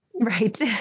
Right